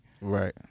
Right